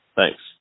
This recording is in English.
Thanks